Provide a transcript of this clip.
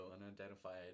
unidentified